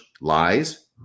lies